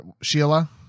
Sheila